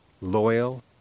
loyal